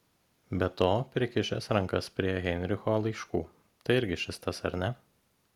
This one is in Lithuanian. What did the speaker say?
be to prikišęs rankas prie heinricho laiškų tai irgi šis tas ar ne